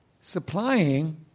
supplying